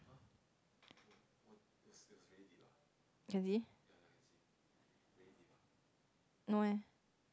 can see no eh